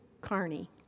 Carney